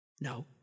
No